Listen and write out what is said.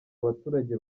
abaturage